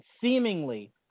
seemingly